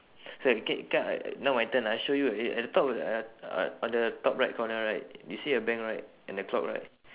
so K come uh now my turn ah I show you eh at the top uh uh on the top right corner right you see a bank right and a clock right